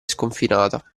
sconfinata